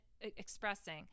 expressing